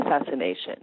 assassination